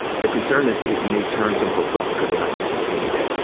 the concern that it may turn some folks off because they're not used to seeing that?